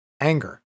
anger